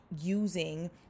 using